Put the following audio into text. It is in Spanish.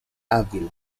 ávila